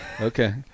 Okay